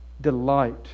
delight